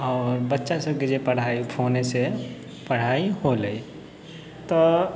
आओर बच्चा सबके जे पढ़ाइ फोनेसँ पढ़ाइ होलै तऽ